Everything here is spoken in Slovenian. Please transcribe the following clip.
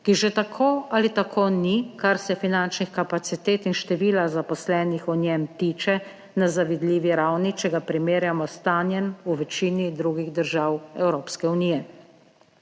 ki že tako ali tako ni, kar se finančnih kapacitet in števila zaposlenih v njem tiče na zavidljivi ravni, če ga primerjamo s stanjem v večini drugih držav Evropske unije.